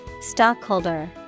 Stockholder